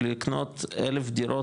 שתדעו לקנות אלף דירות,